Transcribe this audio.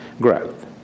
growth